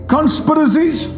Conspiracies